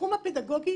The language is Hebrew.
התחום הפדגוגי